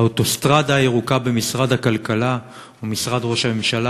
האוטוסטרדה הירוקה במשרד הכלכלה ומשרד ראש הממשלה,